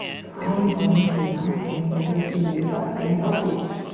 so, i am going to now turn it over to lisa and outreach.